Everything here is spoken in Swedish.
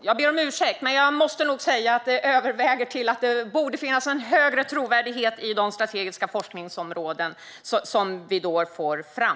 Jag ber om ursäkt, men det borde nog finnas en högre trovärdighet i de strategiska forskningsområden vi då får fram.